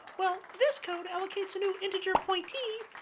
well, this code allocates a new integer pointee.